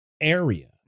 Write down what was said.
area